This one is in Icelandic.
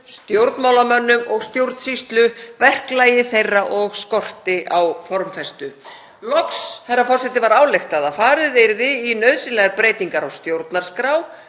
stjórnmálamönnum og stjórnsýslu, verklagi þeirra og skorti á formfestu. Loks, herra forseti, var ályktað að farið yrði í nauðsynlegar breytingar á stjórnarskrá,